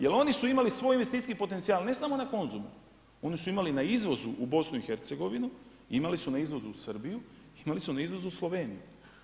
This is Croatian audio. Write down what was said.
Jel oni su imali svoj investicijski potencijal, ne samo na Konzumu, oni su imali na izvozu u BiH, imali su na izvodu u Srbiju, imali su na izvozu u Sloveniju.